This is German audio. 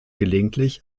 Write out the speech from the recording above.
gelegentlich